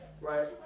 right